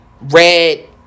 red